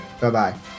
Bye-bye